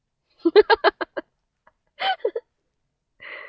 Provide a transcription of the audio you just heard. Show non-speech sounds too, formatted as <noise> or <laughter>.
<laughs> <breath> <laughs> <breath>